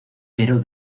pero